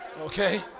Okay